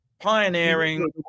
pioneering